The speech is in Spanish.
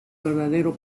verdadero